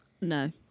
no